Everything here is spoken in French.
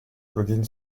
claudine